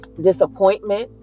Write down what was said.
disappointment